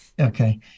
okay